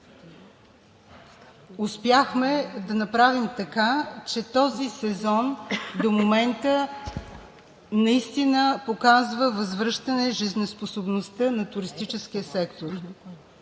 успяхме да направим? Този сезон до момента наистина показва възвръщане жизнеспособността на туристическия сектор.